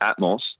Atmos